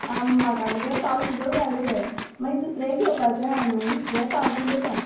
म्हाका मगे पाव किलो घाल गे माय दुसरेंय घेवपाचें आसा न्हू यें पाव किलो घाल